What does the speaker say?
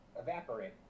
evaporate